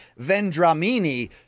Vendramini